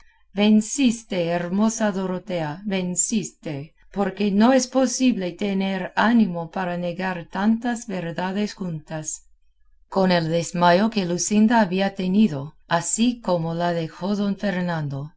venciste hermosa dorotea venciste porque no es posible tener ánimo para negar tantas verdades juntas con el desmayo que luscinda había tenido así como la dejó don fernando